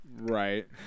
Right